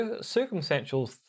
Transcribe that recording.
circumstantial